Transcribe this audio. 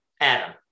Adam